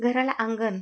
घर अंगण